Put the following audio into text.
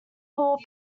hall